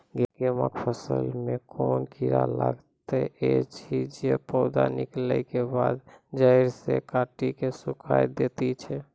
गेहूँमक फसल मे कून कीड़ा लागतै ऐछि जे पौधा निकलै केबाद जैर सऽ काटि कऽ सूखे दैति छै?